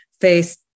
face